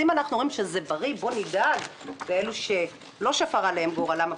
אם אנחנו אומרים שזה בריא אז בואו נדאג לאלה שלא שפר עליהם גורלם,